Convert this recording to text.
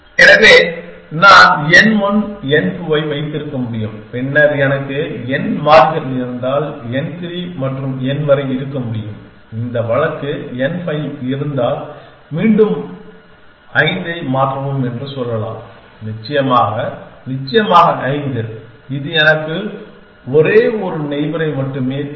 எனவே நான் n1 n2 ஐ வைத்திருக்க முடியும் பின்னர் எனக்கு n மாறிகள் இருந்தால் n3 மற்றும் n வரை இருக்க முடியும் இந்த வழக்கு n5 வரை இருந்தால் மீண்டும் 5 ஐ மாற்றவும் என்று சொல்லலாம் நிச்சயமாக நிச்சயமாக 5 இது எனக்கு ஒரே ஒரு நெய்பரை மட்டுமே தரும்